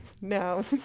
no